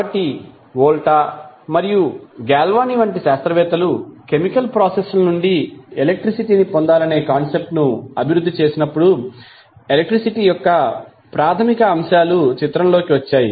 కాబట్టి వోల్టా మరియు గాల్వానీ వంటి శాస్త్రవేత్తలు కెమికల్ ప్రాసెస్ ల నుండి ఎలక్ట్రిసిటీ ని పొందాలనే కాన్సెప్ట్ ను అభివృద్ధి చేసినప్పుడు ఎలక్ట్రిసిటీ యొక్క ప్రాథమిక అంశాలు చిత్రంలోకి వచ్చాయి